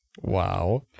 Wow